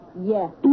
Yes